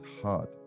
hard